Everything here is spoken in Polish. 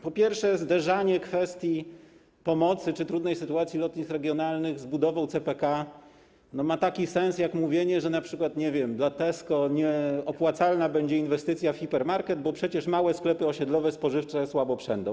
Po pierwsze, zderzanie kwestii pomocy czy trudnej sytuacji lotnisk regionalnych z budową CPK ma taki sens, jak mówienie, że np., nie wiem, dla Tesco nieopłacalna będzie inwestycja w hipermarket, bo przecież małe sklepy osiedlowe, spożywcze słabo przędą.